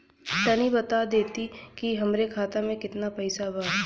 तनि बता देती की हमरे खाता में कितना पैसा बा?